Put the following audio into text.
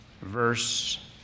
verse